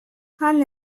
han